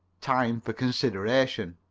time for consideration.